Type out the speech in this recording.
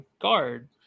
guard